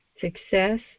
success